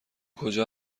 کجا